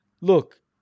look